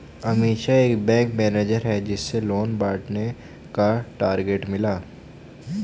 अमीषा एक bank manager है जिसे लोन बांटने का टारगेट मिला